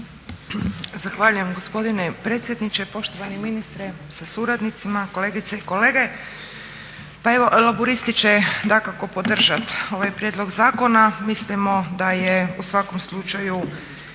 Zahvaljujem gospodine predsjedniče, poštovani ministre sa suradnicima, kolegice i kolege. Pa evo Laburisti će dakako podržati ovaj prijedlog zakona. Mislimo da je u svakom slučaju